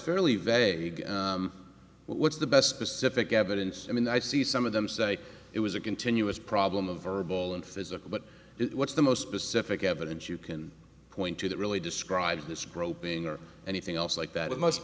fairly vague what's the best specific evidence i mean i see some of them say it was a continuous problem of verbal and physical but what's the most pacific evidence you can point to that really describes this groping or anything else like that